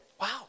Wow